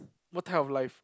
what type of life